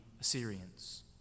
Assyrians